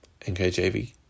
NKJV